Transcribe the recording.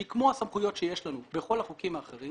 שהיא כמו הסמכויות שיש לנו בכל החוקים האחרים,